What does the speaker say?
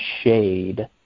shade